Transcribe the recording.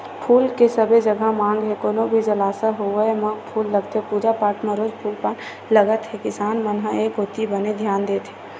फूल के सबे जघा मांग हे कोनो भी जलसा होय म फूल लगथे पूजा पाठ म रोज फूल पान लगत हे किसान मन ह ए कोती बने धियान देत हे